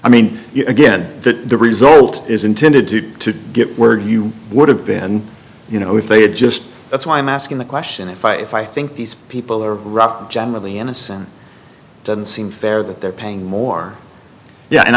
i mean again that the result is intended to get where you would have been you know if they had just that's why i'm asking the question if i if i think these people are generally innocent doesn't seem fair that they're paying more yeah and